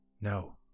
No